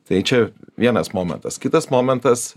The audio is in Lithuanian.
tai čia vienas momentas kitas momentas